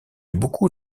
beaucoup